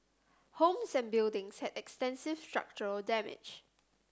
homes and buildings had extensive structural damage